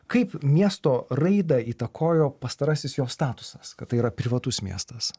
kaip miesto raidą įtakojo pastarasis jo statusas kad tai yra privatus miestas